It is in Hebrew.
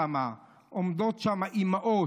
עומדות שם אימהות,